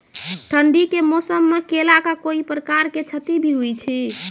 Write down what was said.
ठंडी के मौसम मे केला का कोई प्रकार के क्षति भी हुई थी?